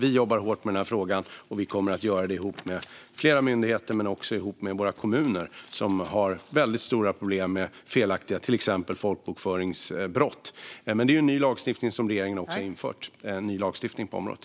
Vi jobbar hårt med denna fråga, och vi kommer att göra det ihop med flera myndigheter men också ihop med våra kommuner, som har väldigt stora problem med till exempel folkbokföringsbrott. Det finns ny lagstiftning på detta område som regeringen har infört.